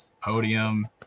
podium